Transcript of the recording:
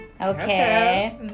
Okay